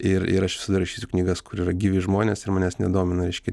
ir ir aš visada rašysiu knygas kur yra gyvi žmonės ir manęs nedomina reiškia